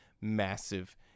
massive